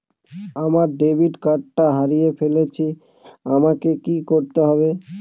আমার ডেবিট কার্ডটা হারিয়ে ফেলেছি আমাকে কি করতে হবে?